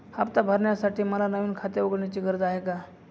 हफ्ता भरण्यासाठी मला नवीन खाते उघडण्याची गरज आहे का?